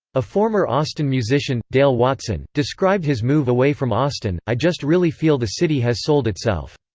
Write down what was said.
a former austin musician, dale watson, described his move away from austin, i just really feel the city has sold itself.